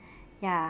ya